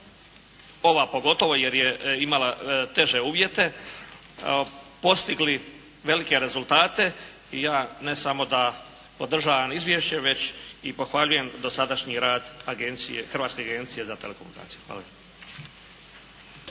ova pogotovo jer je imala teže uvjete, postigli velike rezultate i ja ne samo da podržavam izvješće već i pohvaljujem dosadašnji rad Hrvatske agencije za telekomunikacije. Hvala